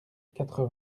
quatre